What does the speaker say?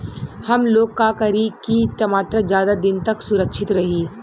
हमलोग का करी की टमाटर ज्यादा दिन तक सुरक्षित रही?